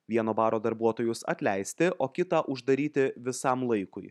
vieno baro darbuotojus atleisti o kitą uždaryti visam laikui